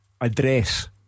address